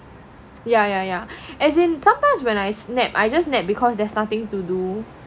yeah yeah yeah as in sometimes when I nap I just nap because there's nothing to do